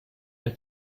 ein